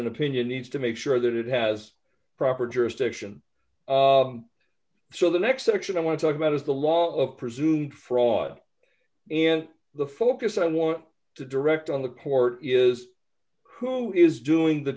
an opinion needs to make sure that it has proper jurisdiction so the next section i want to talk about is the law of presumed fraud and the focus on want to direct on the court is who is doing the